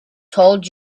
told